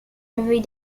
every